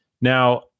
Now